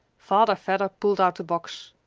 father vedder pulled out the box.